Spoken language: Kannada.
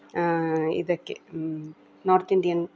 ಇದಕ್ಕೆ ನಾರ್ತ್ ಇಂಡಿಯನ್